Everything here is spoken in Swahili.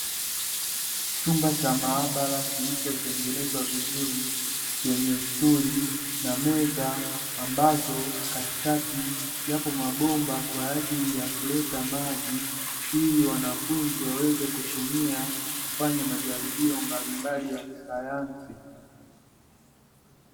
Chumba cha maabara, kilichotengenezwa vizuri chenye stuli na meza, ambazo katikati yapo mabomba kwa ajili ya kuleta maji ili wanafunzi waweze kutumia kufanya majaribio mbalimbali ya kisayansi.